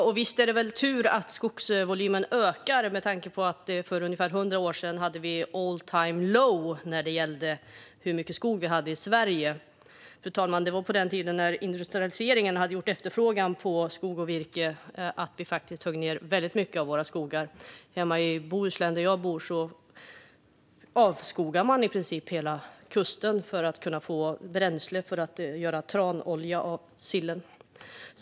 Fru talman! Det är tur att skogsvolymen ökar med tanke på att vi för ungefär hundra år sedan hade all-time-low när det gällde hur mycket skog vi hade i Sverige. Det var på den tiden industrialiseringen hade gjort efterfrågan på skog och virke så stor att vi högg ned väldigt mycket av skogarna. I Bohuslän, där jag bor, avskogade man i princip hela kusten för att få bränsle till att göra tranolja av sill.